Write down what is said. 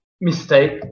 mistake